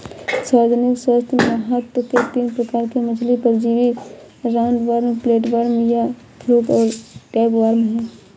सार्वजनिक स्वास्थ्य महत्व के तीन प्रकार के मछली परजीवी राउंडवॉर्म, फ्लैटवर्म या फ्लूक और टैपवार्म है